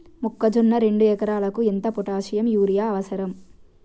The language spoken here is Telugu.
మొక్కజొన్న రెండు ఎకరాలకు ఎంత పొటాషియం యూరియా అవసరం?